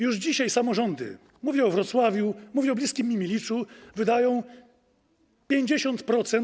Już dzisiaj samorządy, mówię o Wrocławiu, mówię o bliskim mi Miliczu, wydają 50%.